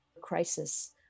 crisis